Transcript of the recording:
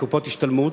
בקופות השתלמות,